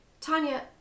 Tanya